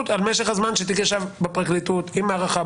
על משך הזמן שתיק ישב בפרקליטות עם הארכה,